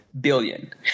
billion